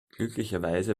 glücklicherweise